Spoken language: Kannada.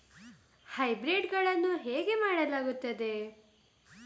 ಹೈಬ್ರಿಡ್ ಗಳನ್ನು ಹೇಗೆ ಮಾಡಲಾಗುತ್ತದೆ?